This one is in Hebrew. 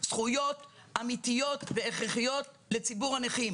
זכויות אמיתיות והכרחיות לציבור הנכים.